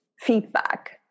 feedback